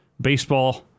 Baseball